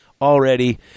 already